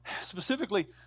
specifically